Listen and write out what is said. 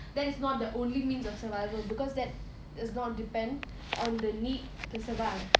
that is not the only means of survival because that is not depend on the need to survive